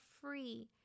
free